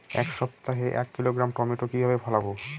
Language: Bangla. এক সপ্তাহে এক কিলোগ্রাম টমেটো কিভাবে ফলাবো?